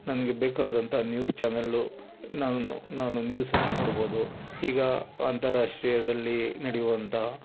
ನನಗೆ ಬೇಕಾದಂಥ news channel ನಾನು ನಾನು ನ್ಯೂಸನ್ನು ನೋಡಬೋದು ಈಗ ಅಂತಾರಾಷ್ಟ್ರೀಯದಲ್ಲಿ ನಡೆಯುವಂತಹ